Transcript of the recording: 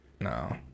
No